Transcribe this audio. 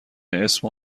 اسم